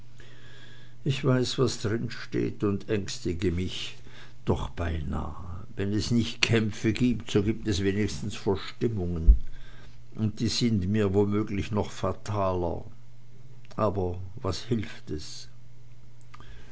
ich weiß was drinsteht und ängstige mich doch beinahe wenn es nicht kämpfe gibt so gibt es wenigstens verstimmungen und die sind mir womöglich noch fataler aber was hilft es